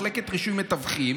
מחלקת רישוי מתווכים,